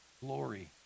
Glory